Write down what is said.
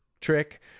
trick